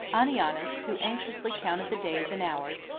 anianus, who anxiously counted the days and hours,